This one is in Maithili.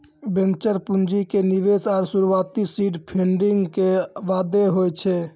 वेंचर पूंजी के निवेश शुरुआती सीड फंडिंग के बादे होय छै